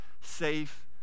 safe